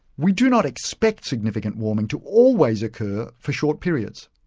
we do not expect significant warming to always occur for short periods,